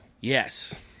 Yes